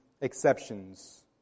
exceptions